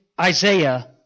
Isaiah